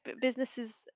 businesses